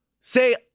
Say